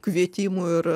kvietimų ir